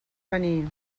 venir